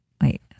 wait